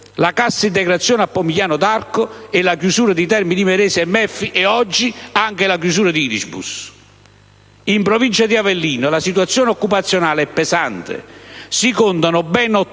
la cassa integrazione a Pomigliano d'Arco e la chiusura di Termini Imerese e Melfi e, oggi, la chiusura di Irisbus. In Provincia di Avellino la situazione occupazionale è pesante: si contano ben 80.000